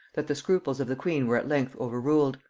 that the scruples of the queen were at length overruled,